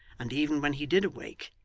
and even when he did wake,